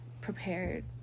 prepared